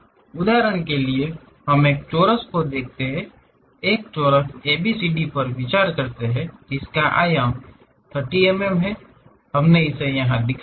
उदाहरण के लिए हम एक चोरस को देखते हैं एक चोरस ABCD पर विचार करते हैं जिसका आयाम 30 मिमी है हमने इसे यहाँ दिखाया है